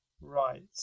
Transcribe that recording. Right